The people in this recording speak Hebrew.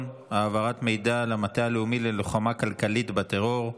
(העברת מידע למטה הלאומי ללוחמה כלכלית בטרור),